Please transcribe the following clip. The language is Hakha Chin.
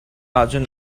ahcun